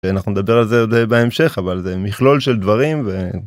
אנחנו נדבר על זה עוד בהמשך אבל זה מכלול של דברים ו...